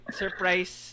surprise